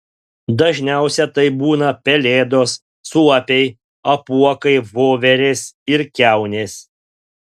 dažniausia tai būna pelėdos suopiai apuokai voverės ir kiaunės